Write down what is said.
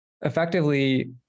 effectively